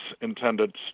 intended